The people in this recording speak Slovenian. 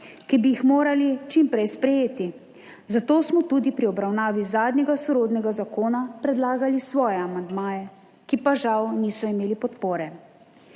ki bi jih morali čim prej sprejeti, zato smo tudi pri obravnavi zadnjega sorodnega zakona predlagali svoje amandmaje, ki pa žal niso imeli podpore.